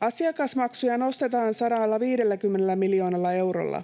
Asiakasmaksuja nostetaan 150 miljoonalla eurolla.